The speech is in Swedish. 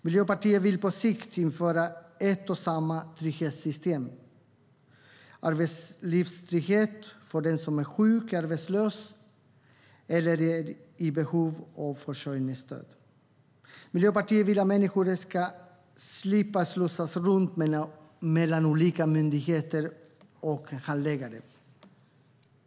Miljöpartiet vill på sikt införa ett och samma trygghetssystem, arbetslivstrygghet, för den som är sjuk eller arbetslös eller är i behov av försörjningsstöd. Miljöpartiet vill att människor ska slippa slussas runt mellan olika myndigheter och handläggare.